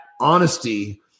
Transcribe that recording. honesty